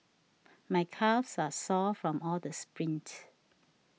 my calves are sore from all the sprints